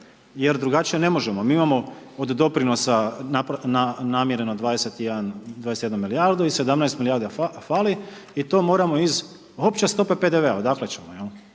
jer drugačije ne možemo. Mi imamo od doprinosa namireno 21 milijardu i 17 milijardi fali, i to moramo iz opće stope PDV-e, odakle ćemo,